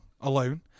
alone